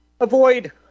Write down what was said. avoid